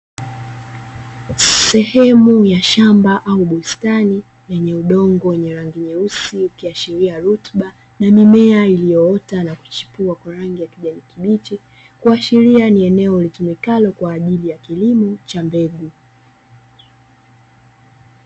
Sehemu ya shamba au bustani lenye udongo wenye rangi nyeusi ukiashilia rutuba na mimea iliyoota na kuchipua kwa rangi ya kijani kibichi kuashilia ni eneo litumikalo kwa ajili ya kilimo cha mbegu.